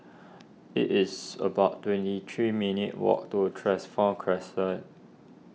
it is about twenty three minutes' walk to transform Crescent